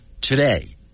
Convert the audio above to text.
today